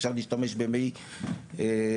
אפשר להשתמש במי קלס,